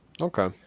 okay